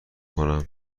کنم